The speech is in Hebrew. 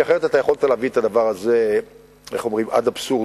כי אחרת יכולת להביא את הדבר הזה עד אבסורד.